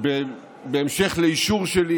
ובהמשך לאישור שלי